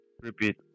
Repeat